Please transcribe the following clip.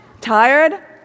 Tired